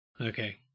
Okay